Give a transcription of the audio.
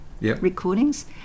recordings